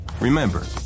Remember